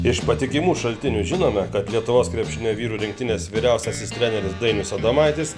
iš patikimų šaltinių žinome kad lietuvos krepšinio vyrų rinktinės vyriausiasis treneris dainius adomaitis